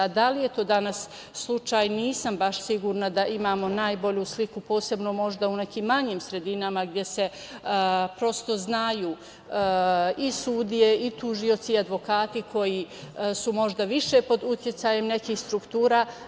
Da li je to danas slučaj, nisam baš sigurna da imamo najbolju sliku, posebno možda u nekim manjim sredinama, gde se prosto znaju i sudije i tužioci i advokati koji su možda više pod uticajem nekih struktura.